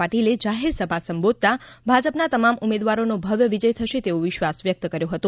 પાટીલે જાહેર સભા સંબોધતા ભાજપના તમામ ઉમેદવારોનો ભવ્ય વિજય થશે તેવો વિશ્વાસ વ્યક્ત કર્યો હતો